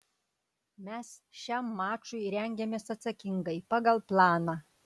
mes šiam mačui rengiamės atsakingai pagal planą